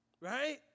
right